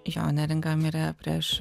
jo neringa mirė prieš